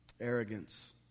arrogance